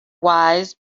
wise